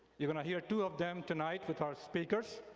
you're gonna hear two of them tonight with our speakers.